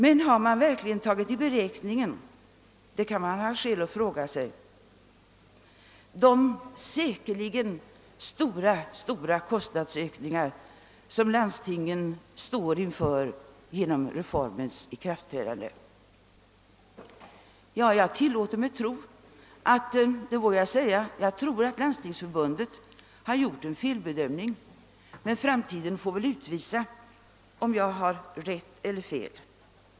Men har man verkligen tagit i beräkning — det kan man ha skäl att fråga sig — de säkerligen stora kostnadsökningar som landstingen står inför genom reformens ikraftträdande? Jag tillåter mig tro — det vågar jag säga — att Landstingsförbundet har gjort en felbedömning, men framtiden får väl utvisa, om jag har rätt eller fel.